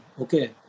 okay